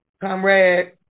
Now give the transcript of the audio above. Comrade